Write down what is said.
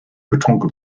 betrunken